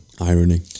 Irony